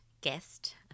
guest